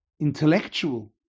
intellectual